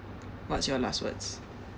what's your last words